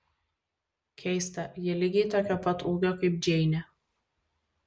keista ji lygiai tokio pat ūgio kaip džeinė